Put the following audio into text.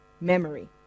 memory